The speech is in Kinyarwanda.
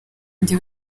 undi